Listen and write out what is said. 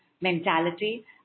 mentality